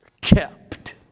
kept